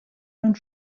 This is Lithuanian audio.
ant